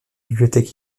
bibliothèque